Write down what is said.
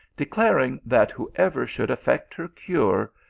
declar ing that whoever should effect her cure,